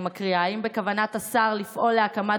אני מקריאה: האם בכוונת השר לפעול להקמת